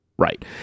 Right